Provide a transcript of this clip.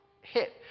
hit